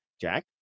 Jack